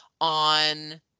on